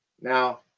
now